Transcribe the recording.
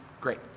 great